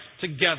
together